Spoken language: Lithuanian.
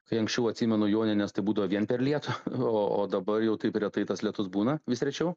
kai anksčiau atsimenu jonines tai būdavo vien per lietų o o dabar jau taip retai tas lietus būna vis rečiau